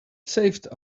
saved